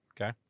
Okay